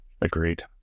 agreed